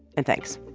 and thanks